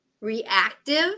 reactive